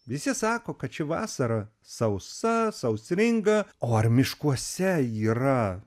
visi sako kad ši vasara sausa sausringa o ar miškuose yra